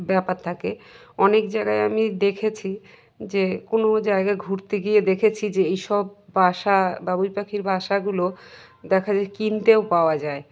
ব্যাপার থাকে অনেক জায়গায় আমি দেখেছি যে কোনো জায়গায় ঘুরতে গিয়ে দেখেছি যে এই সব বাসা বাবুই পাখির বাসাগুলো দেখা যায় কিনতেও পাওয়া যায়